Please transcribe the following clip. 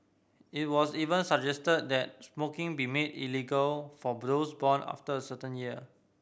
it was even suggested that smoking be made illegal for born after a certain year